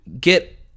get